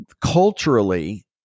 culturally